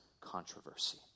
controversy